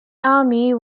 army